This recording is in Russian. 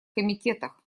комитетах